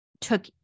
took